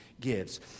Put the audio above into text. gives